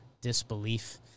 disbelief